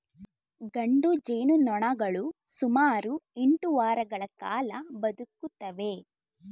ಗಂಡು ಜೇನುನೊಣಗಳು ಸುಮಾರು ಎಂಟು ವಾರಗಳ ಕಾಲ ಬದುಕುತ್ತವೆ